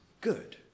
good